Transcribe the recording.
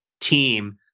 team